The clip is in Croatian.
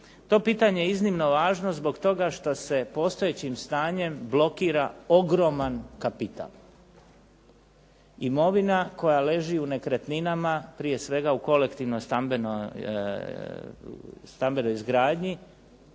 je pitanje iznimno važno zbog toga što se postojećim stanjem blokira ogroman kapital. Imovina koja leži u nekretninama, prije svega u kolektivnoj stambenoj izgradnji